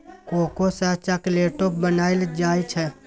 cocoa सँ चाकलेटो बनाइल जाइ छै